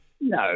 No